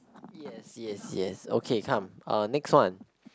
yes yes yes okay come uh next one